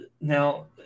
now